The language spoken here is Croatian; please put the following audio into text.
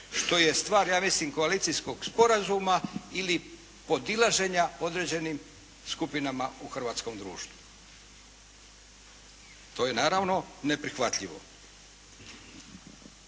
što je stvar ja mislim koalicijskog sporazuma ili podilaženja određenim skupinama u hrvatskom društvu. To je naravno neprihvatljivo.